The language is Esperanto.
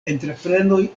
entreprenoj